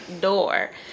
door